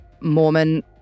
Mormon